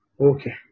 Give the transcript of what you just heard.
okay